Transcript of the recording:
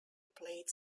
plate